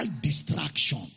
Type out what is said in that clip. distraction